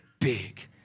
big